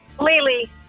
Lily